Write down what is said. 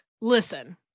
listen